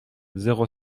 zéro